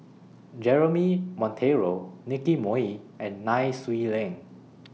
Jeremy Monteiro Nicky Moey and Nai Swee Leng